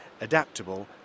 adaptable